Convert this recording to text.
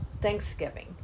Thanksgiving